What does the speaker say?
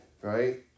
right